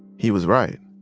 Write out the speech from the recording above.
he was right.